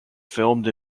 filmed